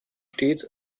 stets